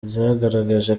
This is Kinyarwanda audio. zagaragaje